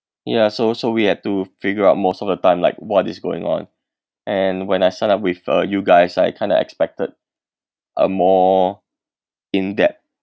ya so so we had to figure out most of the time like what is going on and when I signed up with uh you guys I kind of expected a more in depth